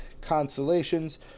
constellations